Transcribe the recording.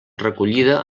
recollida